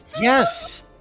Yes